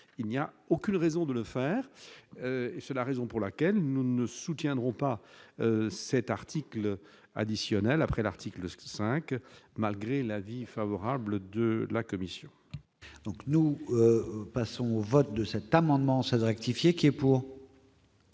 il n'y a aucune raison de le faire et c'est la raison pour laquelle nous ne soutiendrons pas cet article additionnel après l'article ce que 5 malgré l'avis favorable de la commission. Donc nous passons au vote de cet amendement 16 rectifier qui est pour.